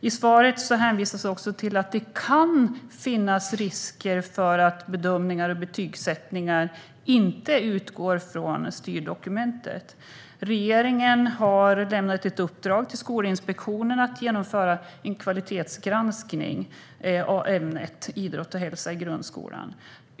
I svaret hänvisas också till att det kan finnas risker för att bedömningar och betygsättningar inte utgår från styrdokumentet. Regeringen har lämnat ett uppdrag till Skolinspektionen att genomföra en kvalitetsgranskning av ämnet idrott och hälsa i grundskolan.